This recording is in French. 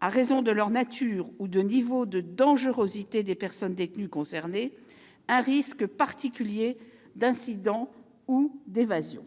à raison de leur nature ou du niveau de dangerosité des personnes détenues concernées, un risque particulier d'incident ou d'évasion ».